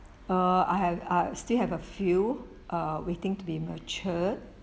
err I have I have still have a few err waiting to be matured